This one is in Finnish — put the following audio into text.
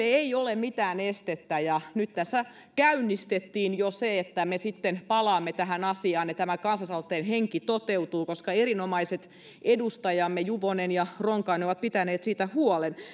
ei ole mitään estettä ja nyt tässä jo käynnistettiin se että me sitten palaamme tähän asiaan ja tämä kansalaisaloitteen henki toteutuu koska erinomaiset edustajamme juvonen ja ronkainen ovat pitäneet siitä huolen